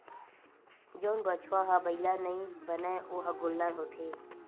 जउन बछवा ह बइला नइ बनय ओ ह गोल्लर होथे